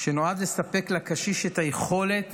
שנועד לספק לקשיש את היכולת